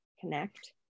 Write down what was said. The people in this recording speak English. connect